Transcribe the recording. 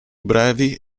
brevi